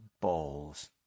balls